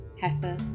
Heifer